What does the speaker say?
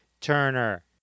Turner